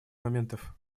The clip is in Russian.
моментов